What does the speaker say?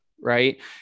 Right